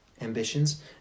ambitions